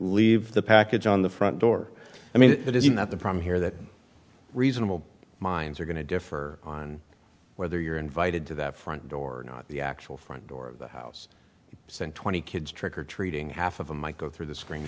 leave the package on the front door i mean it isn't that the problem here that reasonable minds are going to differ on whether you're invited to that front door not the actual front door of the house saying twenty kids trick or treating half of them might go through the screen